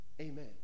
Amen